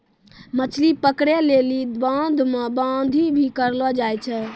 मछली पकड़ै लेली बांध मे बांधी भी करलो जाय छै